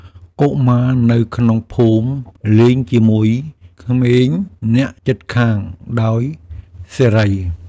កុមារនៅក្នុងភូមិលេងជាមួយក្មេងអ្នកជិតខាងដោយសេរី។